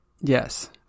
Yes